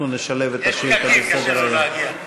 אנחנו נשלב את השאילתות בסדר-היום.